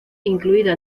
incluida